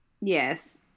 Yes